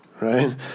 right